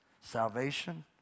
salvation